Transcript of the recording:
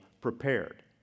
prepared